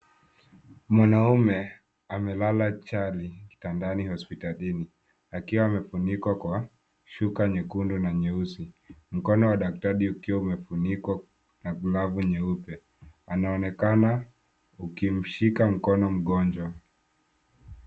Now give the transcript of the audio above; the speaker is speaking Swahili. Mwanaume amelala chali kitandani hospitalini akiwa amefunikwa kwa shuka nyekundu na nyeusi, mkono wa daktari ukiwa umefunikwa na glavu nyeupe. Anaonekana akimshika mkono mgonjwa.